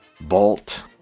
Bolt